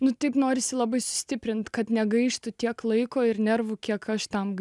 nu tik norisi labai sustiprinti kad negaištų tiek laiko ir nervų kiek aš tam gai